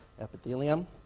epithelium